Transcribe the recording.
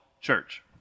church